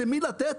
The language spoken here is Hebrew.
למי לתת?